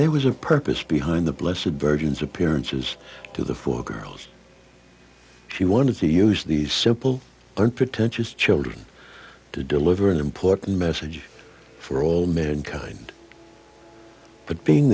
there was a purpose behind the bliss of virgins appearances to the four girls she wanted to use these simple unpretentious children to deliver an important message for all mankind but being